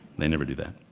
they never do that.